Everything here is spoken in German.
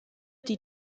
die